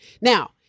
now